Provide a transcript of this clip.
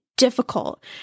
difficult